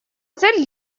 цель